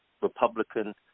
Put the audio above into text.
Republican